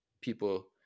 people